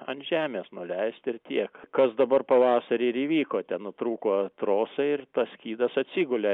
ant žemės nuleist ir tiek kas dabar pavasarį ir įvyko ten nutrūko trosai ir tas skydas atsigulė